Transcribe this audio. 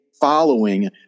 following